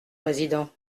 président